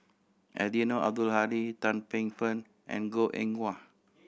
Eddino Abdul Hadi Tan Paey Fern and Goh Eng Wah